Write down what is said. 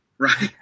Right